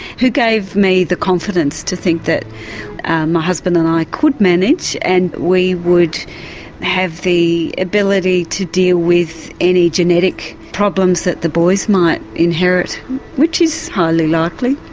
who gave me the confidence to think that my husband and i could manage, and we would have the ability to deal with any genetic problems that the boys might inherit which is highly likely.